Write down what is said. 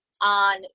on